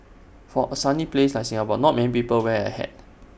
for A sunny place like Singapore not many people wear A hat